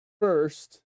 first